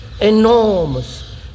enormous